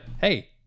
hey